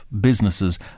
businesses